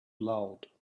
loud